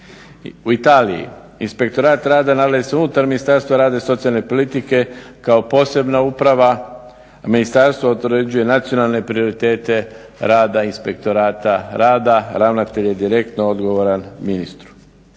U Italiji, inspektorat rada nalazi se unutar Ministarstva rada i socijalne politike kao posebna uprava. Ministarstvo određuje nacionalne prioritete rada inspektorata rada, ravnatelj je direktno odgovoran ministru.